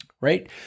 right